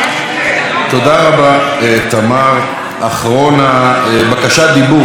בקשת דיבור, חבר הכנסת אורן חזן, בבקשה.